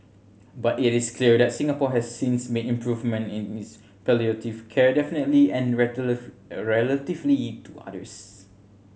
but it is clear that Singapore has since made improvements in its palliative care definitively and relatively to others